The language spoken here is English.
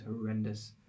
horrendous